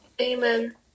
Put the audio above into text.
Amen